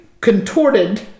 contorted